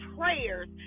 prayers